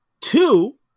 two